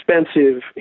expensive